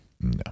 No